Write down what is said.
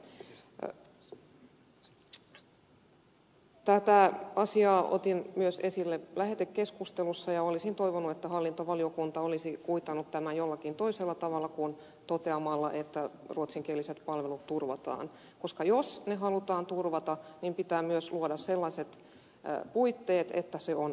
tämän asian otin esille myös lähetekeskustelussa ja olisin toivonut että hallintovaliokunta olisi kuitannut tämän jollakin toisella tavalla kuin toteamalla että ruotsinkieliset palvelut turvataan koska jos ne halutaan turvata pitää myös luoda sellaiset puitteet että se on mahdollista